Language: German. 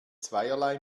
zweierlei